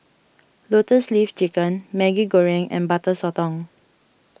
Lotus Leaf Chicken Maggi Goreng and Butter Sotong